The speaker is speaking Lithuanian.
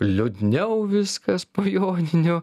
liūdniau viskas po joninių